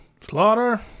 slaughter